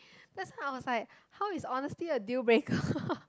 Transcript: that's why I was like how is honesty a deal breaker